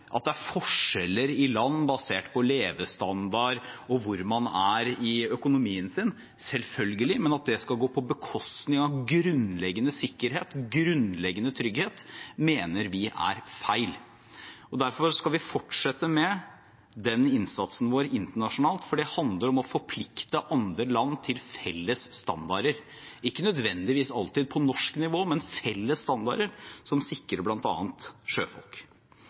at det er forskjeller i land basert på levestandard og hvor man er i økonomien sin: Selvfølgelig. Men at det skal gå på bekostning av grunnleggende sikkerhet, grunnleggende trygghet, mener vi er feil. Derfor skal vi fortsette med innsatsen vår internasjonalt, for det handler om å forplikte andre land til felles standarder – ikke nødvendigvis alltid på norsk nivå, men felles standarder som sikrer bl.a. sjøfolk.